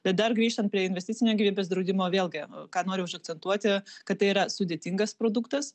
bet dar grįžtant prie investicinio gyvybės draudimo vėlgi kad noriu užakcentuoti kad tai yra sudėtingas produktas